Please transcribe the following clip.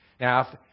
Now